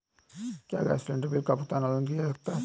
क्या gas cylinder bill का भुगतान ऑनलाइन किया जा सकता है?